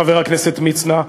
חבר הכנסת מצנע,